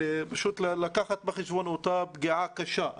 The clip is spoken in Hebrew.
לקחת בחשבון את אותה פגיעה קשה.